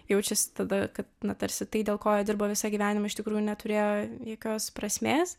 jaučiasi tada kad na tarsi tai dėl ko jie dirbo visą gyvenimą iš tikrųjų neturėjo jokios prasmės